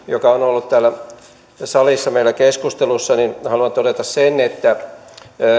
joka on on ollut täällä salissa meillä keskustelussa haluan todeta sen että